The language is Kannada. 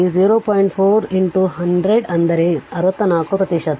4 100 ಅಂದರೆ 64 ಪ್ರತಿಶತ